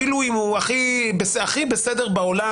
אפילו אם הוא הכי הכי בסדר בעולם.